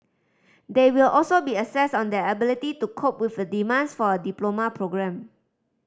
they will also be assessed on their ability to cope with the demands for a diploma programme